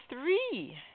three